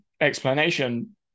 explanation